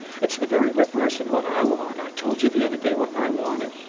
it's the very reverse of what i want. i told you the other day what i wanted.